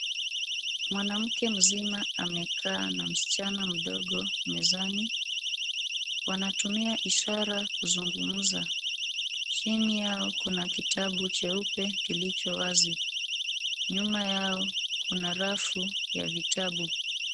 Mwanamke mzima amekaa na msichana mdogo mezani. Wanatumia ishara kuzungumza. Chini yao kuna kitabu cheupe kilicho wazi. Nyuma yao kuna rafu ya vitabu.